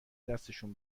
دستشون